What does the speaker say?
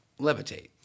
levitate